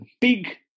big